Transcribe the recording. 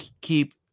keep